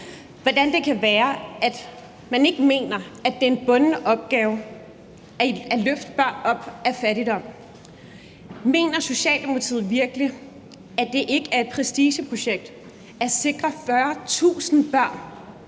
hvordan det kan være, at man ikke mener, at det er en bunden opgave at løfte børn op af fattigdom. Mener Socialdemokratiet virkelig, at det ikke er et prestigeprojekt at sikre 40.000 børn,